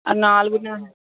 నాలుగున్నర